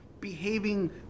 behaving